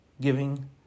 giving